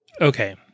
Okay